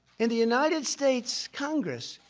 in the united states congress,